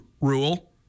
rule